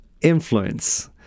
influence